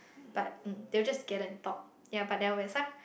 but they'll just gather and talk ya but there'll be some